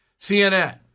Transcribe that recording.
CNN